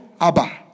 Abba